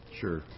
Sure